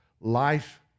life